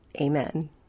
Amen